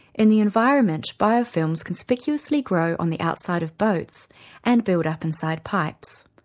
in the environment, biofilms conspicuously grow on the outside of boats and build up inside pipes.